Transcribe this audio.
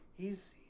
hes